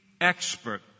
expert